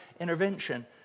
intervention